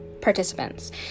participants